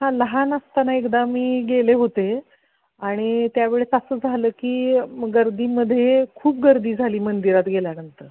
हां लहान असताना एकदा मी गेले होते आणि त्यावेळेस असं झालं की म गर्दीमध्ये खूप गर्दी झाली मंदिरात गेल्यानंतर